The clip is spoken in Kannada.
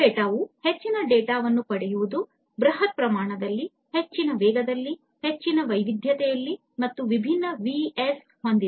ಬಿಗ್ ಡೇಟಾ ವು ಹೆಚ್ಚಿನ ಡೇಟಾವನ್ನು ಪಡೆಯುವುದು ಬೃಹತ್ ಪ್ರಮಾಣದಲ್ಲಿ ಹೆಚ್ಚಿನ ವೇಗದಲ್ಲಿ ಹೆಚ್ಚಿನ ವೈವಿಧ್ಯತೆಯನ್ನು ಮತ್ತು ವಿಭಿನ್ನ ಆವೃತ್ತಿ ಹೊಂದಿದೆ